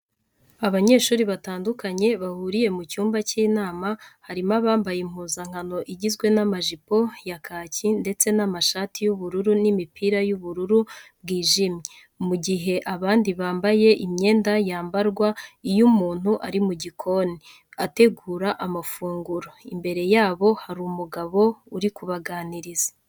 Abanyeshuri batandukanye bahuriye mu cyumba cy'inama harimo abambaye impuzankano igizwe n'amajipo ya kaki ndetse n'amashati y'ubururu n'imipira y'ubururu bwijimye, mu gihe abandi bambaye imyenda yambarwa iyo umuntu ari mu gikoni ategura amafunguro. Imbere yabo hari umugabo uri kubaganiriza.